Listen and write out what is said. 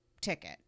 ticket